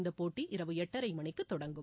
இந்த போட்டி இரவு எட்டரை மணிக்கு தொடங்கும்